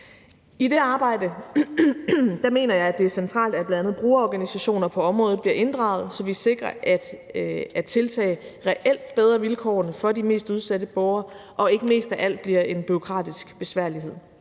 I det arbejde mener jeg det er centralt, at bl.a. brugerorganisationer på området bliver inddraget, så vi sikrer, at tiltagene reelt bedrer vilkårene for de mest udsatte borgere og de ikke mest af alt bliver en bureaukratisk besværlighed.